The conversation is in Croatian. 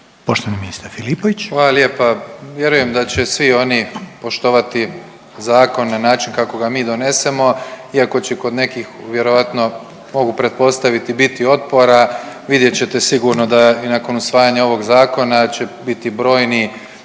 Davor (HDZ)** Hvala lijepa. Vjerujem da će svi oni poštovani zakone, način kako ga mi donesemo. Iako će kod nekih vjerojatno mogu pretpostaviti biti otpora vidjet ćete sigurno da i nakon usvajanja ovog zakona će biti brojni